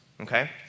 okay